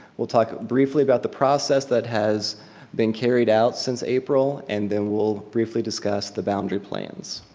we'll talk briefly about the process that has been carried out since april and then we'll briefly discuss the boundary plans.